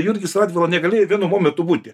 jurgis radvila negalėjo vienu momentu būti